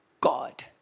God